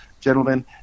gentlemen